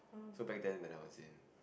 so back then when I was in